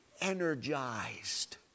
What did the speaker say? energized